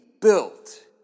built